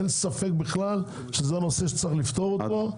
אין ספק בכלל שזה נושא שצריך לפתור אותו,